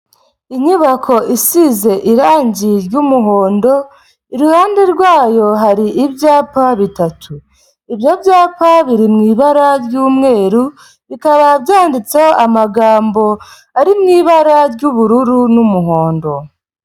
Inyubako isize irangi ry'umuhondo iruhande rwayo hari ibyapa bitatu ibyo byapa biri mu ibara ry'umweru bikaba byanditseho amagambo ari mu ibara ry'ubururu n'umuhondo.